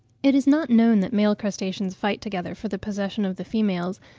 it is not known that male crustaceans fight together for the possession of the females,